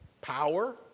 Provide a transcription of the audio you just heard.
power